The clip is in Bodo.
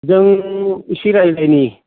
जों एसे रायज्लायनि